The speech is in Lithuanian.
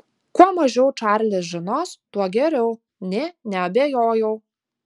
kuo mažiau čarlis žinos tuo geriau nė neabejojau